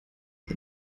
die